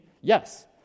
Yes